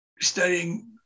studying